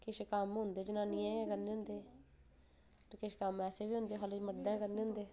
किश कम्म होंदे जनानियें दे जनानानियां गै करने होंदे किश कम्म ऐसे बी होंदे